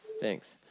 Thanks